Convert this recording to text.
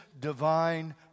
divine